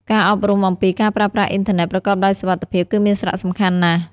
ការអប់រំអំពី ការប្រើប្រាស់អ៊ីនធឺណិតប្រកបដោយសុវត្ថិភាព គឺមានសារៈសំខាន់ណាស់។